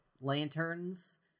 lanterns